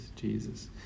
Jesus